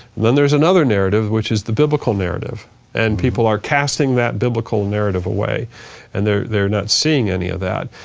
then there's another narrative, which is the biblical narrative and people are casting that biblical narrative away and they're they're not seeing any of that.